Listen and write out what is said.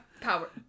power